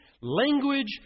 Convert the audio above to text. language